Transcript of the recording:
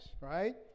right